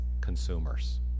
consumers